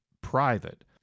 private